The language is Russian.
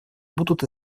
будут